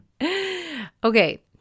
Okay